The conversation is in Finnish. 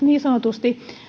niin sanotusti